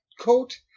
coat